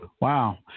Wow